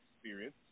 experience